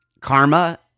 karma